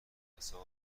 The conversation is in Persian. جلسات